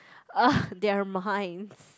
!ah! their minds